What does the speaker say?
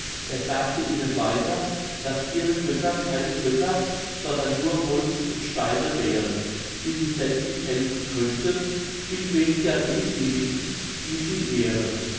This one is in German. er sagte ihnen weiter daß ihre götter keine götter sondern nur holz und steine wären die sich selbst nicht helfen könnten vielweniger denjenigen die sie ehren